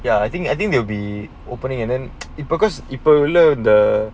ya I think I think they will be opening and then it because ebola the